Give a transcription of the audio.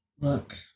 look